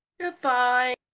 Goodbye